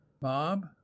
Bob